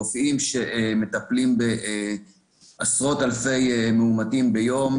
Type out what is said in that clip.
רופאים שמטפלים בעשרות אלפי מאומתים ביום,